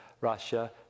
Russia